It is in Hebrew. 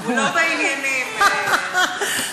הוא לא בעניינים, זהבה.